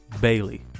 bailey